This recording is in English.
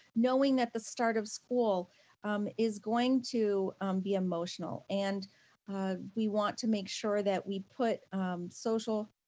knowing that the start of school is going to be emotional, and we want to make sure that we put social,